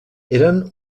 eren